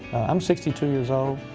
i'm sixty two years old,